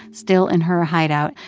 still in her hideout,